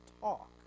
talk